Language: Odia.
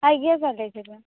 ଆଜ୍ଞା ସାର୍ ଦେଇଦେବା